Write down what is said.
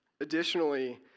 Additionally